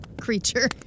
creature